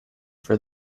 for